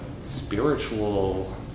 spiritual